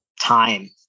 time